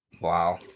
Wow